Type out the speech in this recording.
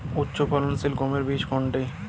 উচ্চফলনশীল গমের বীজ কোনটি?